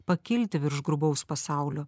pakilti virš grubaus pasaulio